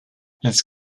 his